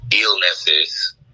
illnesses